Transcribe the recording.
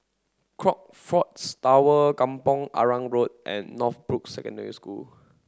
Crockfords Tower Kampong Arang Road and Northbrooks Secondary School